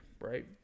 right